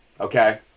Okay